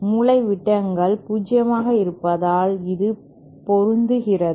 மூலைவிட்டங்கள் 0 ஆக இருப்பதால் இது பொருந்துகிறது